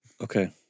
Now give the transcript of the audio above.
Okay